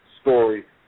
story